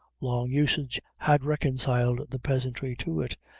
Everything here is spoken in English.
long usage had reconciled the peasantry to it,